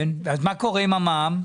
אז מה קורה עם המע"מ.